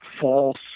false